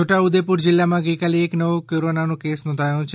છોટા ઉદેપુર જિલ્લામાં ગઇકાલે એક નવો કોરોનાનો કેસ નોંધાથો છે